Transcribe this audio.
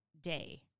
day